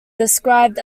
described